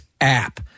app